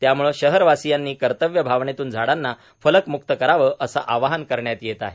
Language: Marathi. त्यामूळे शहरवासीयांनी कर्तव्य भावनेत्न झाडांना फलकम्क्त करावे असे आवाहन करण्यात येत आहे